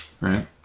right